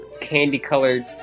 candy-colored